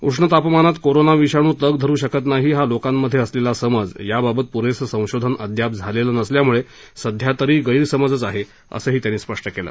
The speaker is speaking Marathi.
उष्ण तापमानात कोरोना विषाण् तग धरू शकत नाही हा लोकांमध्ये असलेला समज याबाबत प्रेसं संशोधन अदयाप झालेलं नसल्यामुळे सध्यातरी गैरसमजच आहे असं त्यांनी स्पष् केलं